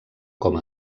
com